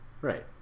Right